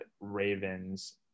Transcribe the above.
Ravens